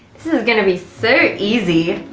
this is gonna be so easy!